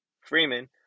Freeman